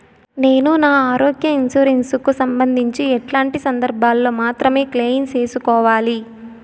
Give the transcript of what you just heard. నేను నా ఆరోగ్య ఇన్సూరెన్సు కు సంబంధించి ఎట్లాంటి సందర్భాల్లో మాత్రమే క్లెయిమ్ సేసుకోవాలి?